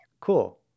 Cool